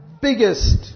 biggest